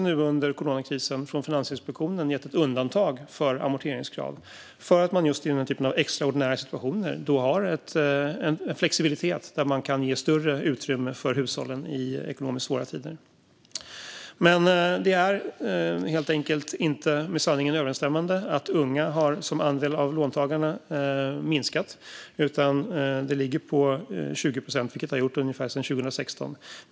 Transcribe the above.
Nu under coronakrisen har Finansinspektionen också gjort ett undantag för amorteringskrav för att man just i den här typen av extraordinära situationer har en flexibilitet för att kunna ge större utrymme för hushållen i ekonomiskt svåra tider. Det är helt enkelt inte med sanningen överensstämmande att andelen unga låntagare har minskat. Den ligger på 20 procent, vilket den har gjort ungefär sedan 2016.